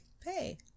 pay